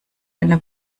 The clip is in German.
eine